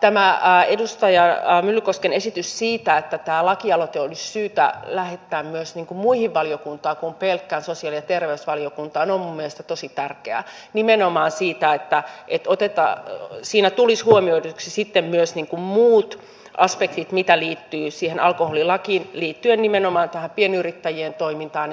tämä edustaja myllykosken esitys siitä että tämä lakialoite olisi syytä lähettää myös muihin valiokuntiin kuin pelkkään sosiaali ja terveysvaliokuntaan on minun mielestäni tosi tärkeä nimenomaan siksi että siinä tulisi huomioiduksi sitten myös muut aspektit mitkä liittyvät siihen alkoholilakiin liittyen nimenomaan esimerkiksi tähän pienyrittäjien toimintaan